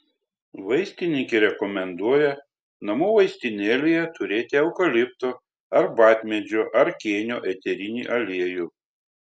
vaistininkė rekomenduoja namų vaistinėlėje turėti eukalipto arbatmedžio ar kėnio eterinį aliejų